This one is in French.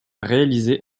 réalisé